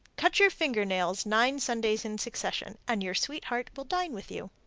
cut your finger-nails nine sundays in succession, and your sweetheart will dine with you.